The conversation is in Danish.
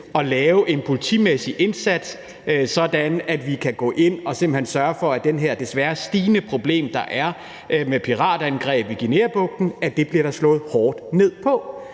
at lave en politimæssig indsats, sådan at vi kan gå ind og simpelt hen sørge for, at det her desværre stigende problem, der er med piratangreb i Guineabugten, bliver der slået hårdt ned på.